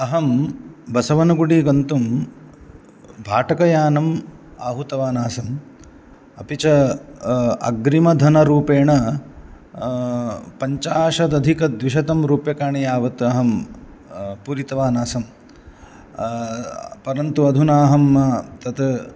अहं बसवनगुडि गन्तुं भाटकयानम् आहूतवान् आसम् अपि च अग्रिमधनरूपेण पञ्चाशदधिकद्विशतं रूप्यकाणि यावत् अहं पूरितवान् आसम् परन्तु अधुना अहं तत्